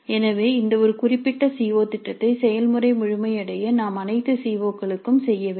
எனவே இந்த ஒரு குறிப்பிட்ட சி ஓ திட்டத்தை செயல்முறை முழுமையடைய நாம் அனைத்து சி ஓ களுக்கும் செய்ய வேண்டும்